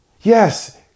Yes